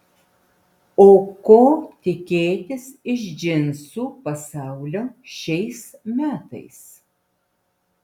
o ko tikėtis iš džinsų pasaulio šiais metais